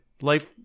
life